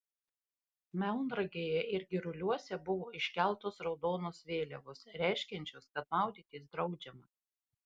melnragėje ir giruliuose buvo iškeltos raudonos vėliavos reiškiančios kad maudytis draudžiama